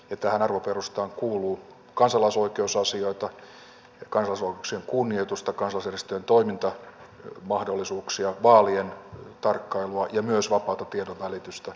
tähän arvoperustaan kuuluu kansalaisoikeusasioita ja kansalaisoikeuksien kunnioitusta kansalaisjärjestöjen toimintamahdollisuuksia vaalien tarkkailua ja myös vapaata tiedonvälitystä